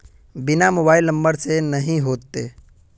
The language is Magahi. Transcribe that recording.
बिना मोबाईल नंबर से नहीं होते?